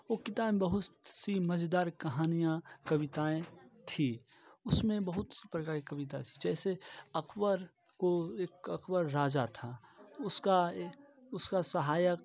वो किताब बहुत सी मज़ेदार कहानियाँ कविताएं थी उसमें बहुत प्रकार की कविता जैसे अकबर को एक अकबर राजा था उसका उसका सहायक